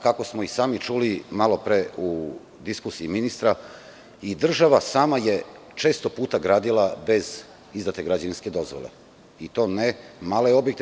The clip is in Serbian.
Kako smo i sami čuli malopre u diskusiji ministra i država sama je često puta gradila bez izdate građevinske dozvole i to ne male objekte.